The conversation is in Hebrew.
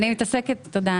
תודה.